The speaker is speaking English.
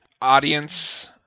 audience